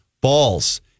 balls